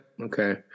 okay